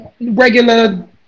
regular